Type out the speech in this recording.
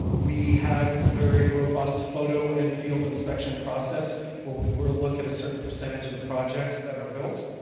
um we have very robust photo and field inspection process where we will look at a certain percentage of the projects that are built